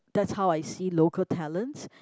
that's how I see local talents